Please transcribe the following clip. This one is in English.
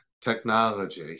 technology